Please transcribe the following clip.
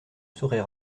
saurait